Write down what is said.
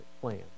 plan